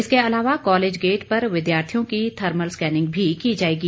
इसके अलावा college gate पर विद्यार्थियों की थर्मल स्कैनिंग भी की जाएगी